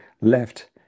left